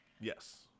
Yes